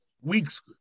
weeks